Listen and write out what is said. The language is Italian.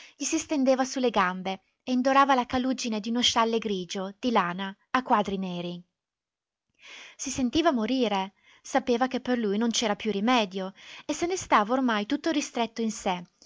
gli si stendeva su le gambe e indorava la calugine di uno scialle grigio di lana a quadri neri si sentiva morire sapeva che per lui non c'era più rimedio e se ne stava ormai tutto ristretto in sé